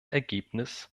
ergebnis